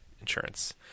insurance